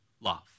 love